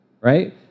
Right